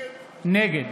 נגד